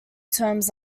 terms